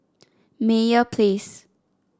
Meyer Place